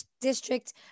district